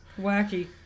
Wacky